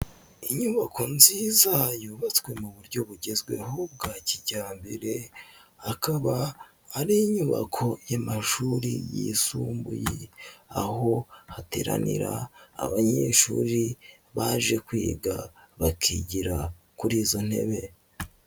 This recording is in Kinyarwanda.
Inyubako nziza yubatswe mu buryo bugezweho bwa kijyambere akaba ari inyubako y'amashuri yisumbuye aho hateranira abanyeshuri baje kwiga bakigira kuri izo ntebe.